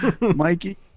mikey